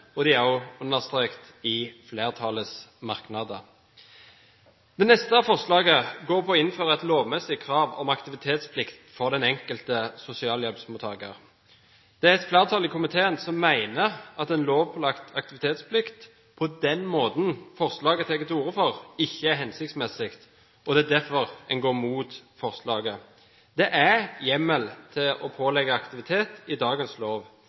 støtter de signalene som statsråden gir i sitt svarbrev til komiteen. Det er også understreket i flertallets merknader. Det neste forslaget er å innføre et lovmessig krav om aktivitetsplikt for den enkelte sosialhjelpsmottaker. Det er et flertall i komiteen som mener at en lovpålagt aktivitetsplikt, på den måten forslaget tar til orde for, ikke er hensiktsmessig. Det er derfor en går mot forslaget. Det er hjemmel til å pålegge aktivitet i dagens lov.